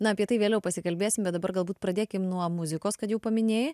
na apie tai vėliau pasikalbėsim bet dabar galbūt pradėkim nuo muzikos kad jau paminėjai